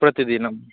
प्रतिदिनम्